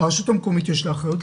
לרשות המקומית יש אחריות,